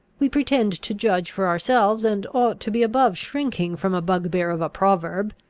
we pretend to judge for ourselves, and ought to be above shrinking from a bugbear of a proverb.